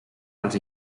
els